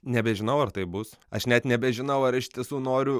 nebežinau ar tai bus aš net nebežinau ar iš tiesų noriu